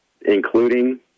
including